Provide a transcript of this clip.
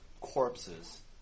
corpses